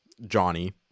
Johnny